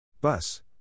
Bus